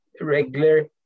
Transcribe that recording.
regular